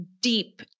deep